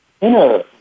inner